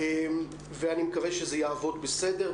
ואני מקווה שזה יעבוד בסדר.